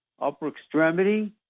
upper-extremity